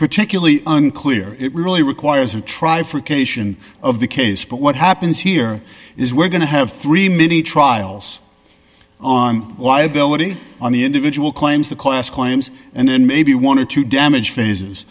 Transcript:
particularly unclear it really requires a try for cation of the case but what happens here is we're going to have three mini trials on liability on the individual claims the class claims and then maybe wanted to damage phases